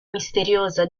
misteriosa